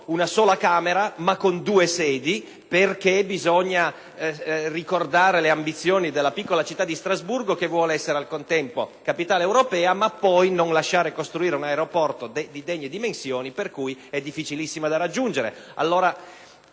una sola Camera, con due sedi, perché bisogna ricordare le ambizioni della piccola città di Strasburgo, che vuol essere al contempo capitale europea, ma poi non lascia costruire un aeroporto di degne dimensioni per cui risulta difficilissima da raggiungere.